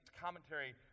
commentary